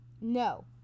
No